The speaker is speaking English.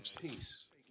Peace